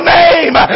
name